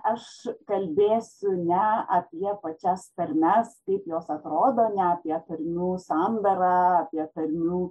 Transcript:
aš kalbėsiu ne apie pačias tarmes kaip jos atrodo ne apie tarmių sandarą apie tarmių